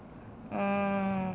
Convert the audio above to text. ah